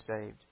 saved